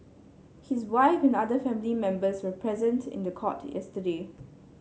his wife and other family members were present in the court yesterday